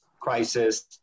crisis